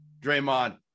Draymond